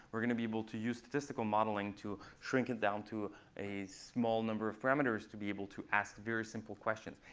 we're going to be able to use statistical modeling to shrink it down to a small number of parameters to be able to ask very simple questions.